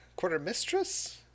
Quartermistress